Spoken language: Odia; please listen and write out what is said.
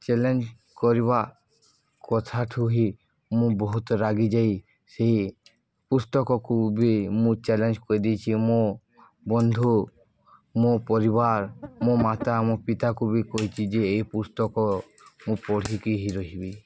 ଚ୍ୟାଲେଞ୍ଜ କରିବା କଥାଠୁ ହିଁ ମୁଁ ବହୁତ ରାଗିଯାଇ ସେହି ପୁସ୍ତକକୁ ବି ମୁଁ ଚ୍ୟାଲେଞ୍ଜ କରିଦେଇଛି ମୋ ବନ୍ଧୁ ମୋ ପରିବାର ମୋ ମାତା ମୋ ପିତାକୁ ବି କହିଛି ଯେ ଏ ପୁସ୍ତକ ମୁଁ ପଢ଼ିକି ହି ରହିବି